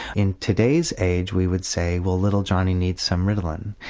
in today's age we would say well little johnnie needs some ritalin,